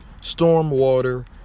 stormwater